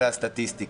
זו הסטטיסטיקה.